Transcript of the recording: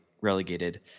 relegated